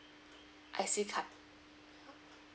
I_C card